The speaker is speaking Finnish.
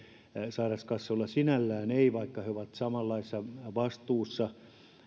sairaskassoilla sinällään ei vaikka he ovat samanlaisessa vastuussa